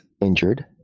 injured